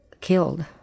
killed